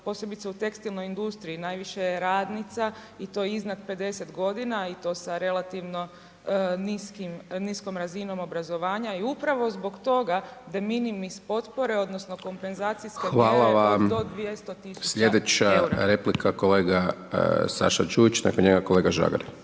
posebice u tekstilnoj industriji, najviše radnica i to iznad 50 godina i to sa relativno niskom razinom obrazovanja i upravo zbog toga, deminimis potpore odnosno kompenzacijske…/Upadica: Hvala vam/…mjere do 200.000,00 EUR-a. **Hajdaš Dončić, Siniša (SDP)** Slijedeća replika kolega Saša Đujić, nakon njega kolega Žagar.